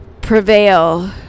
prevail